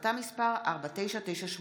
החלטה מס' 4998,